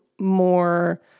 more